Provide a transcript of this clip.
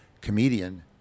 comedian